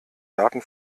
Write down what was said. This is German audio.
daten